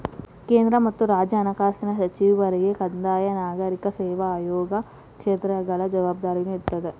ಕೇಂದ್ರ ಮತ್ತ ರಾಜ್ಯ ಹಣಕಾಸಿನ ಸಚಿವರಿಗೆ ಕಂದಾಯ ನಾಗರಿಕ ಸೇವಾ ಆಯೋಗ ಕ್ಷೇತ್ರಗಳ ಜವಾಬ್ದಾರಿನೂ ಇರ್ತದ